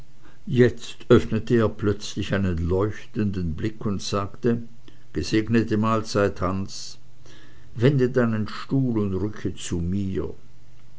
jetzt öffnete er plötzlich einen leuchtenden blick und sagte gesegnete mahlzeit hans wende deinen stuhl und rücke zu mir